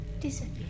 disappear